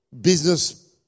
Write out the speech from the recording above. business